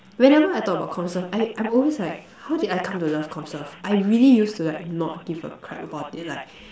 whenever I talk about comm serve I I'm always like how did I come to love comm serve I really used to like not give a crap about it like